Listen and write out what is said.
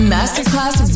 Masterclass